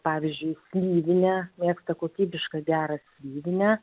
pavyzdžiui slyvinę mėgsta kokybišką gerą slyvinę